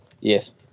yes